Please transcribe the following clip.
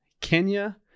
kenya